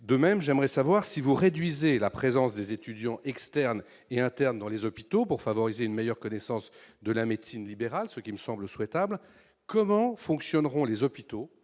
De même, si vous réduisez la présence des étudiants externes et internes dans les hôpitaux pour favoriser une meilleure connaissance de la médecine libérale, ce qui me semble souhaitable, comment fonctionneront les hôpitaux,